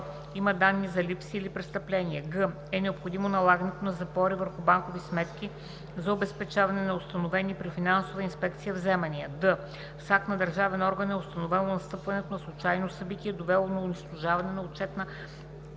има данни за липси или престъпления; г) е необходимо налагането на запори върху банкови сметки за обезпечаване на установени при финансова инспекция вземания; д) с акт на държавен орган е установено настъпването на случайно събитие, довело до унищожаване на отчетна